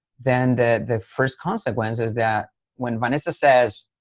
then the first consequences that when vanessa says,